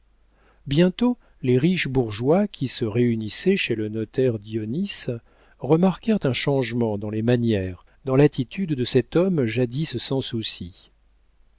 bientôt les riches bourgeois qui se réunissaient chez le notaire dionis remarquèrent un changement dans les manières dans l'attitude de cet homme jadis sans soucis